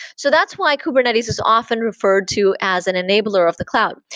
so that's why kubernetes is often referred to as an enabler of the cloud.